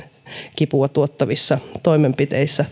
kipua tuottavissa toimenpiteissä